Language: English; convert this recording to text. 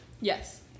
Yes